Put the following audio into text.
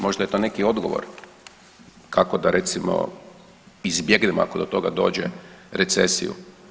Možda je to neki odgovor kako da recimo izbjegnemo ako do toga dođe recesiju.